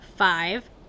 five